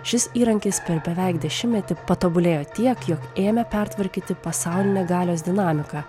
šis įrankis per beveik dešimtmetį patobulėjo tiek jog ėmė pertvarkyti pasaulinę galios dinamiką